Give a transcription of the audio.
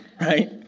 Right